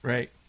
Right